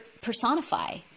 personify